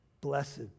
Blessed